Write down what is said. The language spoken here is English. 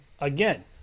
again